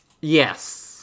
Yes